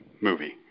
movie